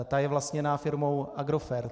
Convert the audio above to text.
Ta je vlastněna firmou Agrofert.